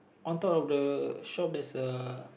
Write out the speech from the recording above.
on top of the shop there's a